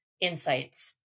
insights